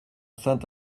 saint